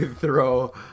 throw